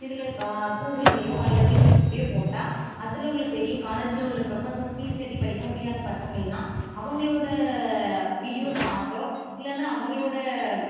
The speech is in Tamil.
இதில் க கூகுள்லையோ அல்லது யூடியூப்லையோ போட்டால் அதில் உள்ள பெரிய காலேஜ்ல உள்ள ப்ரொஃபசர்ஸ் ஃபீஸ் கட்டி படிக்க முடியாத பசங்கெல்லாம் அவங்களோட வீடியோஸ் பார்த்தோ இல்லைன்னா அவங்களோடய